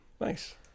Nice